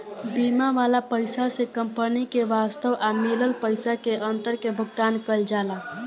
बीमा वाला पइसा से कंपनी के वास्तव आ मिलल पइसा के अंतर के भुगतान कईल जाला